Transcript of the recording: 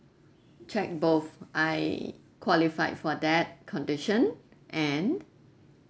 check both I qualified for that condition and